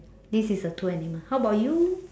this is the two animal how about you